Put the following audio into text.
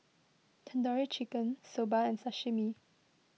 Tandoori Chicken Soba and Sashimi